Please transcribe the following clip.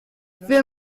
wir